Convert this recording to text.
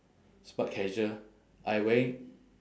smart casual I wearing